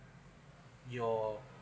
your